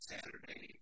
Saturday